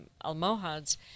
Almohads